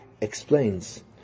explains